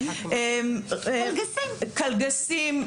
כקלגסים,